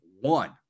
one